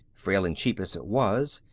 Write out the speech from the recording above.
frail and cheap as it was,